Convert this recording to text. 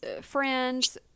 friends